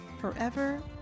forever